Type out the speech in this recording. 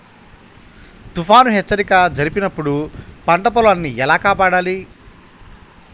తుఫాను హెచ్చరిక జరిపినప్పుడు పంట పొలాన్ని ఎలా కాపాడాలి?